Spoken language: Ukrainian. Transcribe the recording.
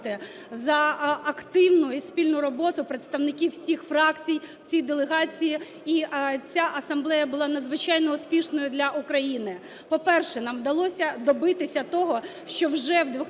за активну і спільну роботу представників всіх фракцій в цій делегації, і ця асамблея була надзвичайно успішною для України. По-перше, нам вдалося добитися того, що вже в